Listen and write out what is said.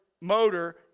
motor